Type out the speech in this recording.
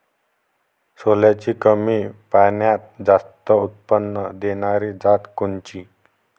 सोल्याची कमी पान्यात जास्त उत्पन्न देनारी जात कोनची?